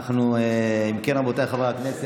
אם כן, רבותיי חברי הכנסת,